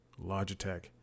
Logitech